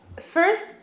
first